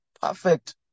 perfect